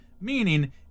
meaning